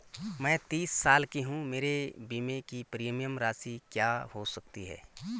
मैं तीस साल की हूँ मेरे बीमे की प्रीमियम राशि क्या हो सकती है?